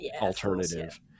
alternative